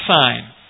sign